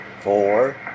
four